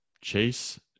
Chase